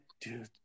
dude